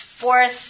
Fourth